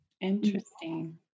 Interesting